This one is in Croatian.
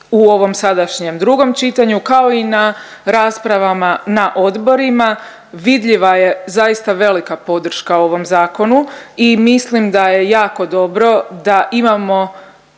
u ovom sadašnjem drugom čitanju kao i na raspravama na odborima, vidljiva je zaista velika podrška ovom zakonu i mislim da je jako dobro da imamo